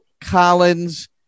Collins